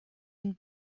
den